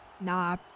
Nah